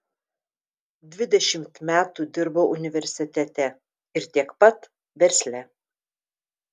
dvidešimt metų dirbau universitete ir tiek pat versle